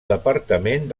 departament